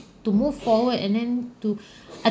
to move forward and then to I